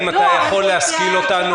בסדר.